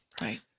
Right